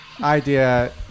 idea